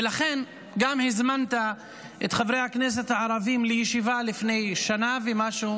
ולכן גם הזמנת את חברי הכנסת הערבים לישיבה לפני שנה ומשהו